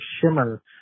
Shimmer